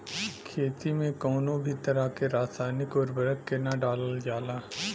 खेती में कउनो भी तरह के रासायनिक उर्वरक के ना डालल जाला